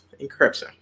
encryption